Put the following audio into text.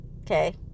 okay